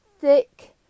thick